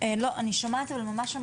הם פועלים בנושא